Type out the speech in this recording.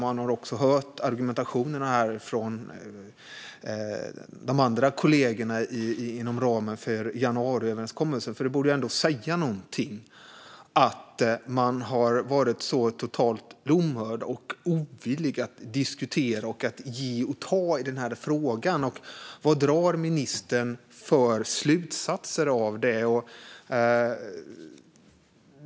Vi har hört argumentationen från de andra kollegorna inom ramen för januariöverenskommelsen, och det borde ändå säga någonting att man har varit så totalt lomhörd och ovillig att diskutera och ge och ta i den här frågan. Vad drar ministern för slutsatser av det?